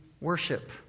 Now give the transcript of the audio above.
worship